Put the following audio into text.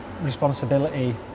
responsibility